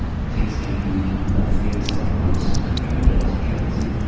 things can be more things at once, a paradoxicality,